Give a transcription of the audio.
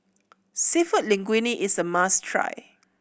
Seafood Linguine is a must try